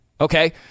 Okay